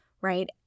right